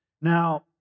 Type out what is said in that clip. Now